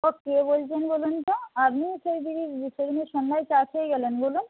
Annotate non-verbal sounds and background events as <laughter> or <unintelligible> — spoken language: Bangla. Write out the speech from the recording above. ও কে বলছেন বলুন তো আপনিই সেই দিদি <unintelligible> সেদিনে সন্ধ্যায় চা খেয়ে গেলেন বলুন